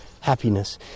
happiness